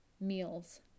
meals